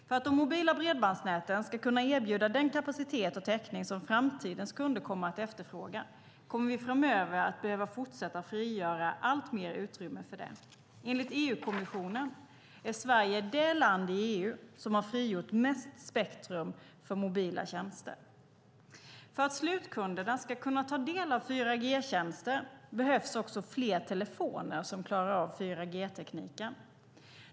För att de mobila bredbandsnäten ska kunna erbjuda den kapacitet och täckning som framtidens kunder kommer att efterfråga kommer vi framöver att behöva fortsätta frigöra alltmer utrymme för det. Enligt EU-kommissionen är Sverige det land i EU som har frigjort mest spektrum för mobila tjänster. För att slutkunderna ska kunna ta del av 4G-tjänster behövs också fler telefoner som klarar av 4G-tekniken.